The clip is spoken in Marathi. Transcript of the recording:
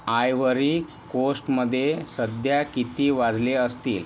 आयव्हरी कोस्टमध्ये सध्या किती वाजले असतील